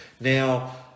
Now